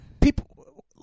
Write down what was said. people